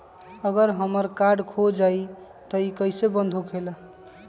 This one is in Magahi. अगर हमर कार्ड खो जाई त इ कईसे बंद होकेला?